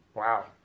Wow